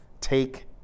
take